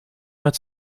met